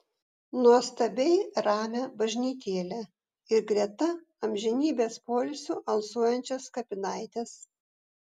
nuostabiai ramią bažnytėlę ir greta amžinybės poilsiu alsuojančias kapinaites